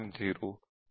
0 2